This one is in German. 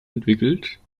entwickelt